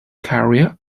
career